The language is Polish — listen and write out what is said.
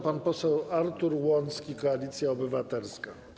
Pan poseł Artur Łącki, Koalicja Obywatelska.